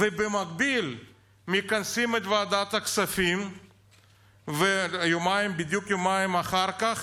ובמקביל מכנסים את ועדת הכספים בדיוק יומיים אחר כך,